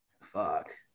Fuck